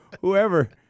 Whoever